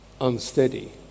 unsteady